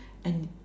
and